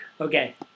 Okay